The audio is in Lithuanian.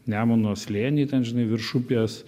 nemuno slėny ten žinai virš upės